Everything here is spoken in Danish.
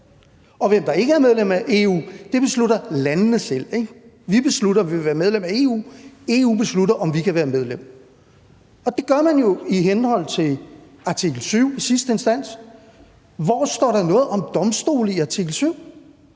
og hvem der ikke er medlem af EU, beslutter landene selv, ikke? Vi beslutter, at vi vil være medlem af EU, EU beslutter, om vi kan være medlem. Og det gør man jo i henhold til artikel 7 i sidste instans. Hvor står der noget om domstole i artikel